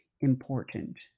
important